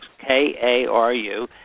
K-A-R-U